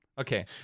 Okay